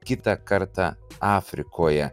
kitą kartą afrikoje